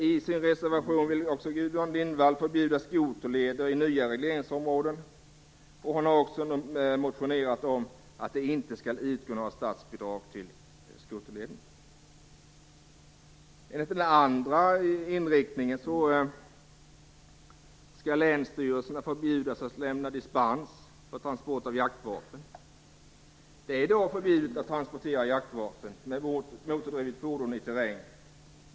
I sin reservation vill Gudrun Lindvall förbjuda skoterleder i nya regleringsområden. Hon har också motionerat om att det inte skall utgå något statsbidrag till skoterleder. Länsstyrelserna skall förbjudas att lämna dispens för transport av jaktvapen. Det är förbjudet att transportera jaktvapen med motordrivet fordon i terräng.